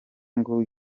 ngo